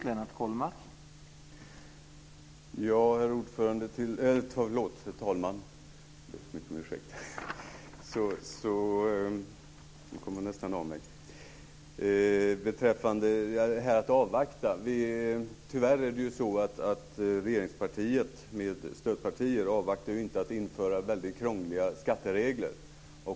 Herr talman! Tyvärr avvaktar ju inte regeringspartiet och dess stödpartier med att införa väldigt krångliga skatteregler.